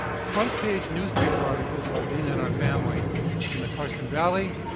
front-page newspaper articles about dana and our family in the carson valley,